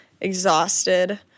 exhausted